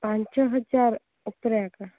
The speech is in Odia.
ପାଞ୍ଚହଜାର ଉପରେ ଆଜ୍ଞା